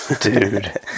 Dude